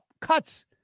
cuts